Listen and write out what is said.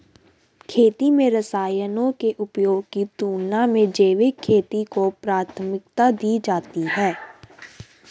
खेती में रसायनों के उपयोग की तुलना में जैविक खेती को प्राथमिकता दी जाती है